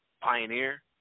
Pioneer